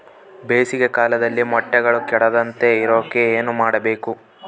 ಬೇಸಿಗೆ ಕಾಲದಲ್ಲಿ ಮೊಟ್ಟೆಗಳು ಕೆಡದಂಗೆ ಇರೋಕೆ ಏನು ಮಾಡಬೇಕು?